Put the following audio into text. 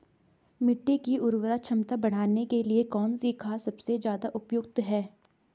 मिट्टी की उर्वरा क्षमता बढ़ाने के लिए कौन सी खाद सबसे ज़्यादा उपयुक्त है?